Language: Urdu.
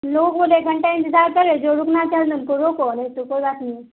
ان لوگوں کو بولیے ایک گھنٹہ انتظار کرے جو رکنا چاہیں تو ان کو روکو نہیں تو کوئی بات نہیں ہے